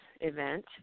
event